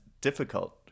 difficult